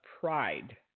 pride